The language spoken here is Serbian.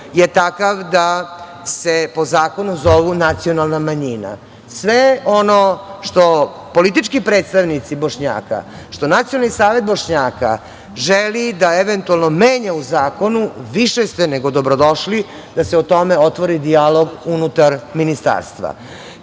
je takav da se po zakonu zovu nacionalna manjina. Sve ono što politički predstavnici Bošnjaka, što Nacionalni savet Bošnjaka želi da eventualno menja u zakonu više ste nego dobrodošli da se o tome otvori dijalog unutar Ministarstva,